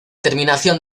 terminación